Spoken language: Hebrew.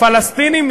הפלסטינים.